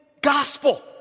gospel